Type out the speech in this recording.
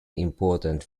important